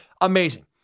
Amazing